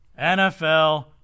NFL